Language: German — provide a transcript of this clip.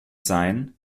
sein